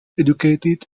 educated